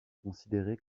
considérée